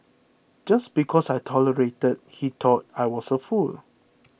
just because I tolerated he thought I was a fool